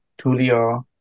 tulio